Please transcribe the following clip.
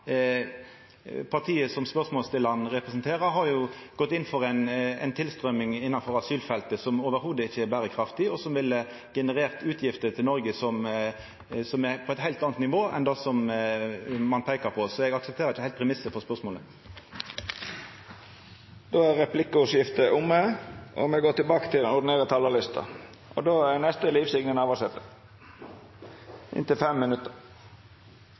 Partiet som spørsmålsstillaren representerer, har jo gått inn for ei tilstrøyming på asylfeltet som ikkje er berekraftig i det heile, og som ville generert utgifter til Noreg som er på eit heilt anna nivå enn det ein peiker på. Så eg aksepterer ikkje heilt premissen for spørsmålet. Replikkordskiftet er omme. Eg vil i dag rette merksemda mot det som vert ei av dei aller viktigaste sakene på Stortinget i haust, den såkalla landmaktutgreiinga. Som folkevalde er